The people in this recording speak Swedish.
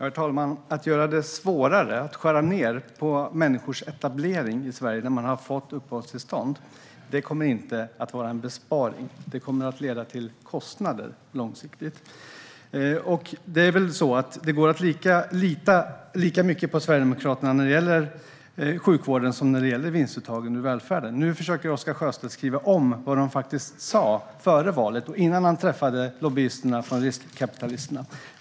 Herr talman! Att göra det svårare genom att skära ned på etableringen i Sverige för människor som har fått uppehållstillstånd kommer inte att vara en besparing. Det kommer att leda till kostnader långsiktigt. Det är väl så att det går att lita lika mycket på Sverigedemokraterna när det gäller sjukvården som när det gäller vinstuttagen ur välfärden. Nu försöker Oscar Sjöstedt skriva om vad Sverigedemokraterna faktiskt sa före valet och innan han träffade lobbyisterna från riskkapitalisterna.